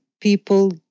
people